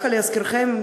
להזכירכם,